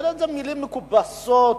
זה מלים מכובסות,